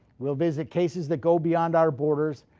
we'll visit cases that go beyond our borders,